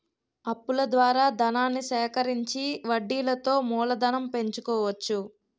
అప్పుల ద్వారా ధనాన్ని సేకరించి వడ్డీలతో మూలధనం పెంచుకోవచ్చు